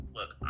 Look